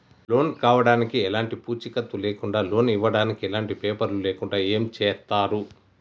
Loan కావడానికి ఎలాంటి పూచీకత్తు లేకుండా లోన్ ఇవ్వడానికి ఎలాంటి పేపర్లు లేకుండా ఏం చేస్తారు?